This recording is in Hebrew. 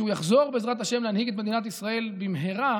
כשהוא יחזור בעזרת השם להנהיג את מדינת ישראל במהרה,